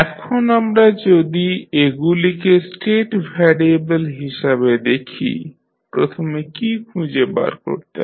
এখন আমরা যদি এগুলিকে স্টেট ভ্যারিয়েবল হিসাবে দেখি প্রথমে কী খুঁজে বার করতে হবে